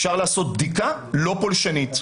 אפשר לעשות בדיקה, לא פולשנית.